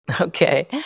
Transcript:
Okay